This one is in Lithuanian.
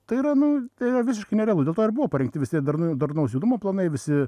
tai yra nu tai yra visiškai nerealu dėl to ir buvo parengti visi darnu darnaus judumo planai visi